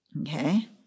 Okay